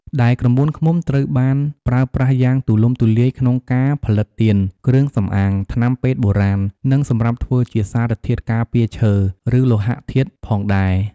ដែលក្រមួនឃ្មុំត្រូវបានប្រើប្រាស់យ៉ាងទូលំទូលាយក្នុងការផលិតទៀន គ្រឿងសម្អាង ថ្នាំពេទ្យបុរាណ និងសម្រាប់ធ្វើជាសារធាតុការពារឈើ ឬលោហៈធាតុផងដេរ។